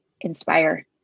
inspire